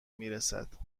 میرسد